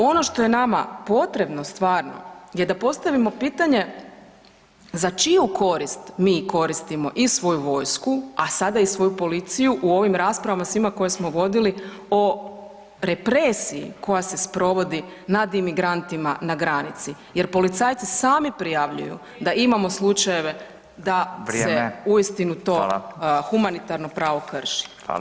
Ono što je nama potrebno stvarno je da postavimo pitanje za čiju korist mi koristimo i svoju vojsku, a sada i svoju policiju u ovim raspravama svima koje smo vodili o represiji koja se sprovodi nad imigrantima na granici jer policajci sami prijavljuju da imamo slučajeve da se [[Upadica: Vrijeme]] uistinu to [[Upadica: Fala]] humanitarno pravo krši.